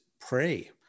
pray